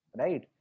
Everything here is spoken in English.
right